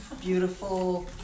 beautiful